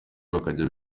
bakajya